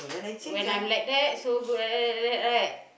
when I'm like that so right